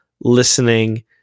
listening